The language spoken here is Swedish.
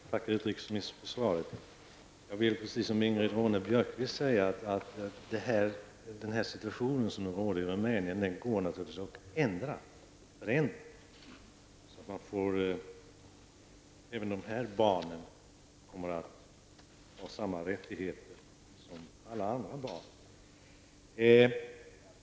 Herr talman! Jag tackar utrikesministern för svaret. Jag vill precis som Ingrid Ronne-Björkqvist säga att den situation som råder i Rumänien naturligtvis går att ändra så att även de barnen kan få samma rättigheter som alla andra barn.